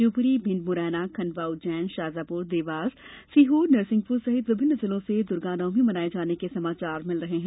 शिवपूरी भिण्ड मुरैना खण्डवा उज्जैनशाजापूर देवास सीहोर नरसिंहपूर सहित विभिन्न जिलों से दुर्गानवमी मनाये जाने के समाचार मिल रहे हैं